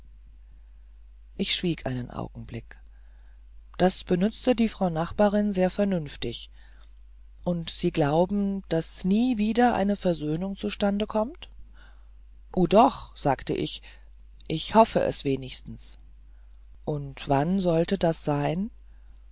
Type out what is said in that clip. ich schwieg einen augenblick das benützte die frau nachbarin sehr vernünftig und sie glauben daß nie wieder eine versöhnung zu stande kommt o doch sagte ich ich hoffe es wenigstens und wann sollte das sein